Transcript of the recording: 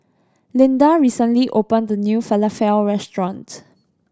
Lynda recently opened a new Falafel Restaurant